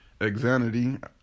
Exanity